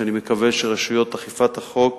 שאני מקווה שרשויות אכיפת החוק